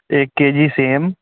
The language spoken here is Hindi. एक के जी सेम